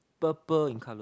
purple in colour